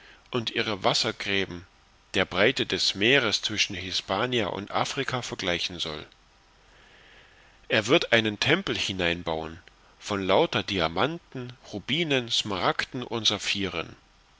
und ihre wassergräben der breite des meers zwischen hispania und afrika vergleichen soll er wird einen tempel hineinbauen von lauter diamanten rubinen smaragden